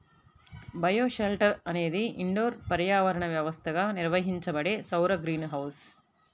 bioshelter అనేది indoor పర్యావరణ వ్యవస్థగా నిర్వహించబడే సౌర గ్రీన్ హౌస్